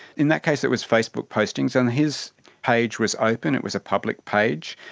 in that case it was facebook postings, and his page was opened, it was a public page.